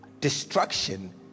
destruction